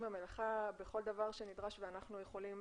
במלאכה בכל דבר שנדרש ואנחנו יכולים